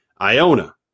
Iona